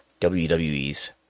WWE's